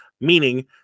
meaning